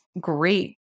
great